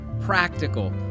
practical